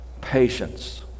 patience